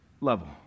level